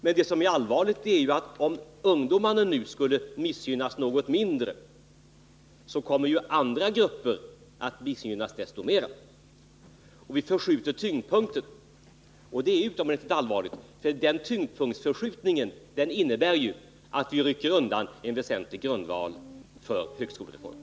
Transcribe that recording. Vad som är allvarligt är att om ungdomarna nu skulle missgynnas något mindre, så kommer andra grupper att missgynnas desto mer. Vi förskjuter därmed tyngdpunkten — vilket är utomordentligt allvarligt, eftersom den tyngdpunktsförskjutningen innebär att vi rycker undan en väsentlig grundval för högskolereformen.